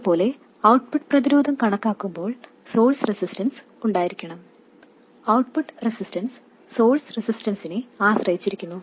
അതുപോലെ ഔട്ട്പുട്ട് പ്രതിരോധം കണക്കാക്കുമ്പോൾ സോഴ്സ് റെസിസ്റ്റൻസ് ഉണ്ടായിരിക്കണം ഔട്ട്പുട്ട് റെസിസ്റ്റൻസ് സോഴ്സ് റെസിസ്റ്റൻസിനെ ആശ്രയിച്ചിരിക്കുന്നു